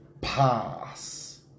pass